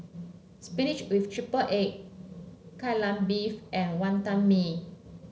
Spinach with triple egg Kai Lan Beef and Wantan Mee